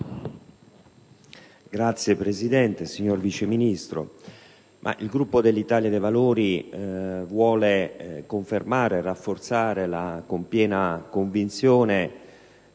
Signor Presidente, signor Vice Ministro, il Gruppo dell'Italia dei Valori vuole confermare e rafforzare con piena convinzione